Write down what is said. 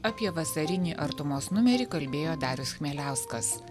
apie vasarinį artumos numerį kalbėjo darius chmieliauskas